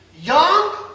young